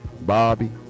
Bobby